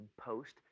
post